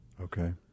Okay